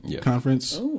conference